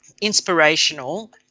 inspirational